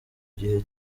gihe